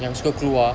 yang suka keluar